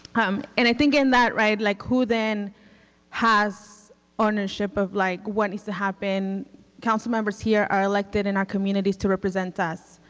um and i think in that, right, like who then has ownership of like what has happened, councilmembers here are elected in our communities to represent us,